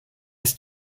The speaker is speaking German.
ist